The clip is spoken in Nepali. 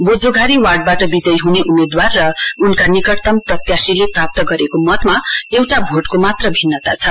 बोझोघारी वार्डबाट विजयी हने उम्मेदवार र उनका निकटटम प्रत्यासीले प्राप्त गरेको मतमा एउटा भोटको मात्र भिन्नता छ